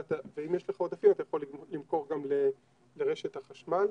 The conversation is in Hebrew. ואם יש לך עודפים אתה יכול גם למכור לרשת החשמל.